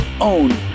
own